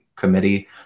committee